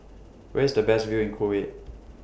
Where IS The Best View in Kuwait